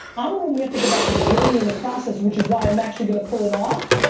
i'm romantic about the journey and the process, which is why i'm actually gonna pull it off.